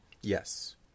Yes